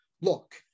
look